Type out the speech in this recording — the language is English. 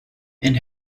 and